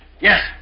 Yes